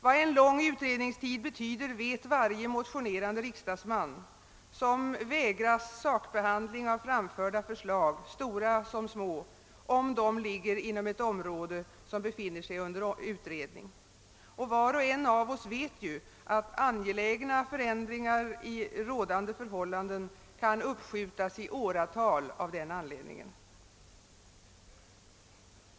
Vad en lång utredningstid betyder vet varje motionerande riksdagsman som vägras sakbehandling av framförda förslag, stora som små, om de ligger inom ett område som befinner sig under utredning — var och en av oss vet att angelägna ändringar i rådande förhållanden kan uppskjutas i åratal av denna anledning.